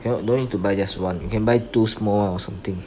cannot don't need to buy just one you can buy two small one something